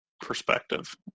perspective